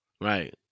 Right